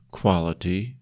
quality